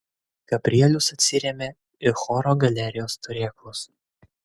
gabrielius atsirėmė į choro galerijos turėklus